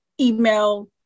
email